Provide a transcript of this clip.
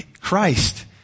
Christ